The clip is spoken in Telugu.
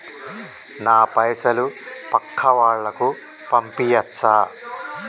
నా పైసలు పక్కా వాళ్ళకు పంపియాచ్చా?